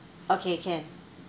okay can